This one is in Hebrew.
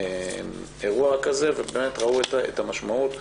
מתבצע אירוע כזה, והם ראו את המשמעות.